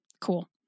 Cool